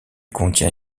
contient